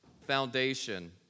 foundation